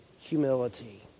humility